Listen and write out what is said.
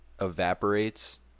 evaporates